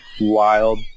wild